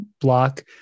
block